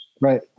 right